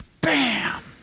bam